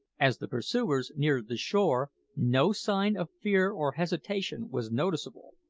as the pursuers neared the shore, no sign of fear or hesitation was noticeable.